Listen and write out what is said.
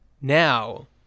now